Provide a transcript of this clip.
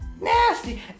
nasty